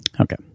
okay